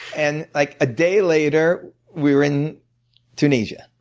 and like a day later, we were in tunisia.